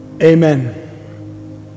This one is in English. Amen